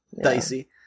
dicey